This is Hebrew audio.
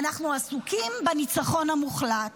"אנחנו עסוקים בניצחון המוחלט".